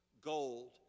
gold